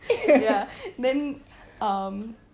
ya then um